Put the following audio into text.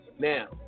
Now